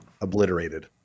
obliterated